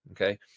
okay